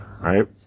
right